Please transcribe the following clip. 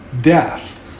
death